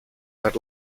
per